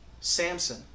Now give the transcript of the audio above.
Samson